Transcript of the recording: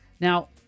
Now